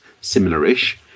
similar-ish